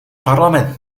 parlament